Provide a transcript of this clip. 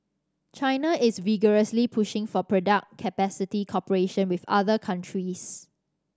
China is vigorously pushing for production capacity cooperation with other countries